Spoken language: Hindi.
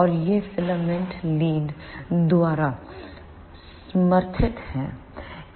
और ये फिलामेंट लीड द्वारा समर्थित हैं